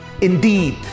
Indeed